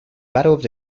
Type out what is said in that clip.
battle